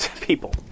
people